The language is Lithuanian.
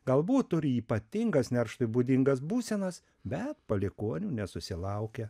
galbūt turi ypatingas nerštui būdingas būsenas bet palikuonių nesusilaukia